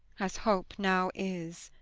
as hope now is,